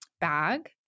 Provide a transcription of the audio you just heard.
bag